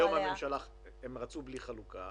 הם רצו בלי חלוקה,